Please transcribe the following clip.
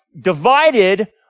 divided